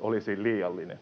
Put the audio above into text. olisi liiallinen.